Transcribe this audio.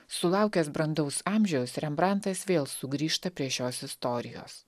sulaukęs brandaus amžiaus rembrantas vėl sugrįžta prie šios istorijos